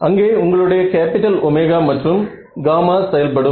அங்கே உங்களுடைய capital omega மற்றும் காமா செயல்படும்